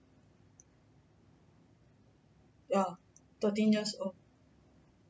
yeah thirteen years old